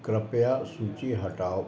कृपया सूची हटाओ